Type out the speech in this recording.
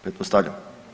Pretpostavljam.